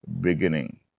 beginning